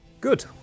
Good